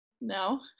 No